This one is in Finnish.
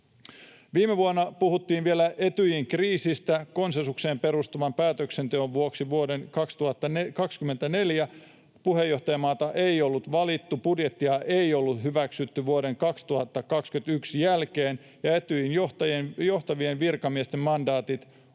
Viime vuonna puhuttiin vielä Etyjin kriisistä. Konsensukseen perustuvan päätöksenteon vuoksi vuoden 2024 puheenjohtajamaata ei ollut valittu, budjettia ei ollut hyväksytty vuoden 2021 jälkeen ja Etyjin johtavien virkamiesten mandaatit olivat